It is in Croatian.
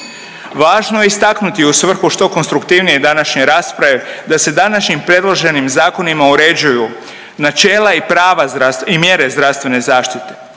Važno je istaknuti u svrhu što konstruktivnije današnje rasprave da se današnjim predloženim zakonima uređuju načela i prava i mjere zdravstvene zaštite,